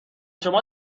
شما